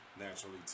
naturally